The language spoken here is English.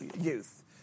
youth